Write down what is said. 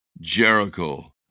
Jericho